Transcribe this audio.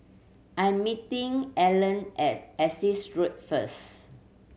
I am meeting Allen as Essex Road first